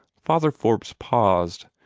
father forbes paused,